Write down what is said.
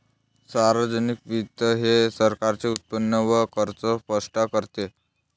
सार्वजनिक वित्त हे सरकारचे उत्पन्न व खर्च स्पष्ट करते